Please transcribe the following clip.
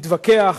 התווכח.